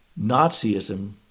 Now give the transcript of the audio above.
Nazism